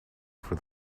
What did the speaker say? for